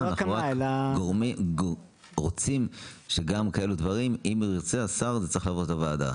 אלא רק רוצים שאם השר ירצה כאלה דברים זה יצטרך לעבור בוועדה.